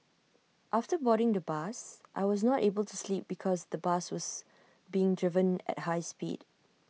after boarding the bus I was not able to sleep because the bus was being driven at high speed